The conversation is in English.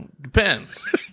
depends